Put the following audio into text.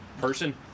person